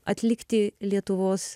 atlikti lietuvos